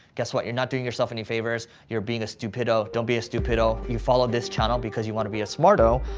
guess what? you're not doing yourself any favors. you're being a stupido. don't be a stupido. you follow this channel because you wanna be a smarto.